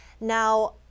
Now